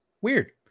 weird